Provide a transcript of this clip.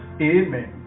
Amen